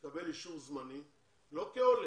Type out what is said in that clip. הוא יקבל אישור זמני לא כעולה.